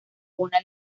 una